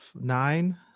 nine